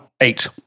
Eight